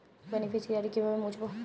Beneficiary কিভাবে মুছব?